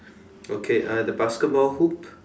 okay uh the basketball hoop